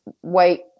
white